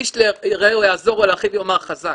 'איש לרעהו יעזורו ולאחיו יאמר חזק'.